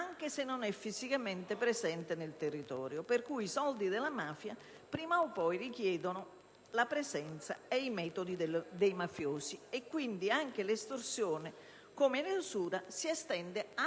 anche se non è fisicamente presente. Per tale motivo i soldi della mafia prima o poi richiedono la presenza e i metodi dei mafiosi; di conseguenza, l'estorsione, come l'usura, si estende a